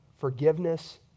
forgiveness